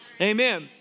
Amen